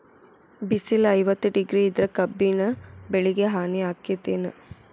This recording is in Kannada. ಬಿಸಿಲ ಐವತ್ತ ಡಿಗ್ರಿ ಇದ್ರ ಕಬ್ಬಿನ ಬೆಳಿಗೆ ಹಾನಿ ಆಕೆತ್ತಿ ಏನ್?